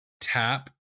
tap